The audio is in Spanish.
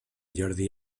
jordi